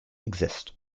exist